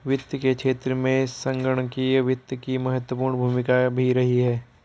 वित्त के क्षेत्र में संगणकीय वित्त की महत्वपूर्ण भूमिका भी रही है